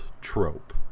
trope